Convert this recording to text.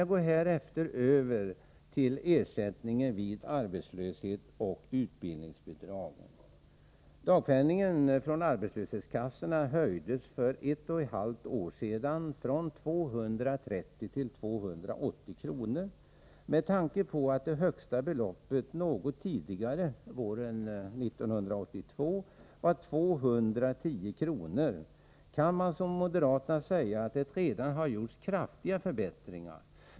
Jag går härefter över till ersättningarna vid arbetslöshet och utbildningsbidragen. Dagpenningarna från arbetslöshetskassorna höjdes för ett och ett halvt år sedan från 230 till 280 kr. Med tanke på att det högsta beloppet något tidigare, på våren 1982, var 210 kr. kan man som moderaterna säga att det redan har gjorts kraftiga förbättringar.